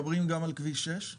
אנחנו מדברים גם על כביש 6?